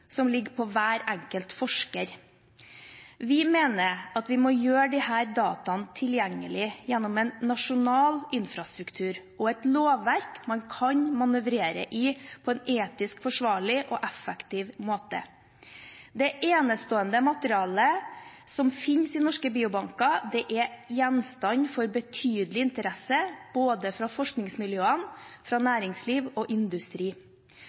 som ligger på hver enkelt forsker. Vi mener at vi må gjøre disse dataene tilgjengelige gjennom en nasjonal infrastruktur og et lovverk man kan manøvrere i på en etisk forsvarlig og effektiv måte. Det enestående materialet som finnes i norske biobanker, er gjenstand for betydelig interesse både fra forskningsmiljøene og fra næringsliv og industri.